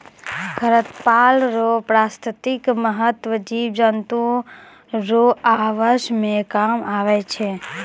खरपतवार रो पारिस्थितिक महत्व जिव जन्तु रो आवास मे काम आबै छै